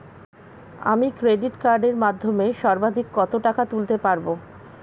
আমি ক্রেডিট কার্ডের মাধ্যমে সর্বাধিক কত টাকা তুলতে পারব?